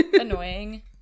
annoying